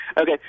Okay